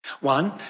One